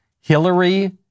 Hillary